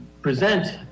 present